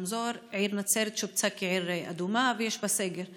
העיר נצרת שובצה כעיר אדומה ויש בה סגר.